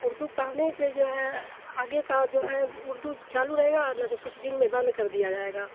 اردو پڑھنے سے جو ہے آگے کا جو ہے اردو چالو رہے گا اور نہیں تو کچھ دن میں بند کر دیا جائے گا